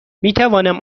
میتوانم